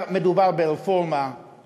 מדובר ברפורמה,